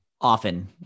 often